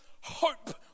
hope